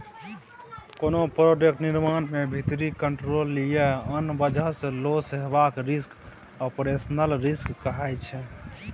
कोनो प्रोडक्ट निर्माण मे भीतरी कंट्रोल या आन बजह सँ लौस हेबाक रिस्क आपरेशनल रिस्क कहाइ छै